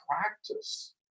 practice